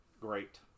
Great